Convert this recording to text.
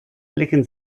blicken